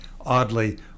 Oddly